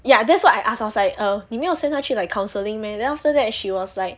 ya that's what I asked I I was like err 你没有 send 他去 like counselling meh then after that she was like